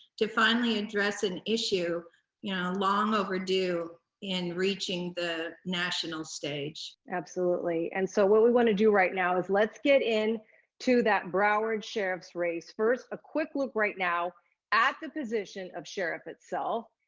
to finally address an issue you know long overdue in reaching the national stage. absolutely. and so, what we wanna do right now is let's get in to that broward sheriff's race. first, a quick look right now at the position of sheriff itself.